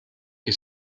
que